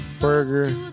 Burger